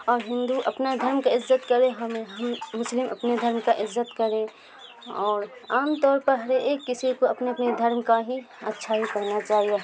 اور ہندو اپنا دھرم کا عزت کرے ہمیں ہم مسلم اپنے دھرم کا عزت کرے اور عام طور پر ہر ایک کسی کو اپنے اپنے دھرم کا ہی اچھائی کرنا چاہیے